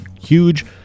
huge